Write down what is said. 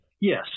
Yes